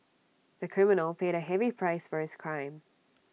the criminal paid A heavy price for his crime